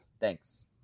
Thanks